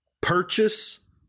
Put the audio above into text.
purchase